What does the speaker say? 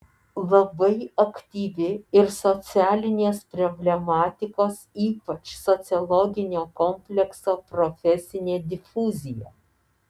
labai aktyvi ir socialinės problematikos ypač sociologinio komplekso profesinė difuzija